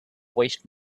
waste